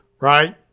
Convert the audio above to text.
right